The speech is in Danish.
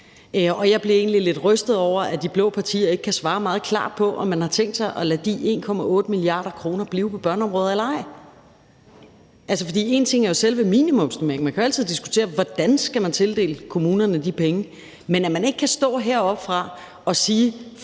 lidt rystet over, at de blå partier ikke kan svare meget klart på, om man har tænkt sig at lade de 1,8 mia. kr. blive på børneområdet eller ej. En ting er jo selve minimumsnormeringen, og man kan jo altid diskutere, hvordan man skal tildele kommunerne de penge, men at man ikke kan stå heroppe og sige